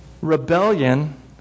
Rebellion